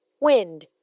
wind